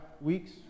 weeks